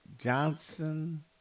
Johnson